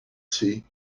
see